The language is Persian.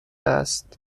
است